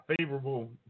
favorable